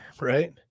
Right